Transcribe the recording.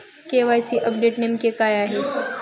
KYC update नेमके काय आहे?